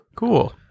Cool